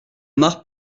mare